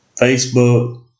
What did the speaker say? Facebook